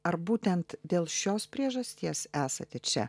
ar būtent dėl šios priežasties esate čia